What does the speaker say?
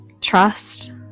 trust